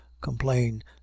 complain